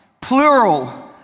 plural